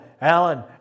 alan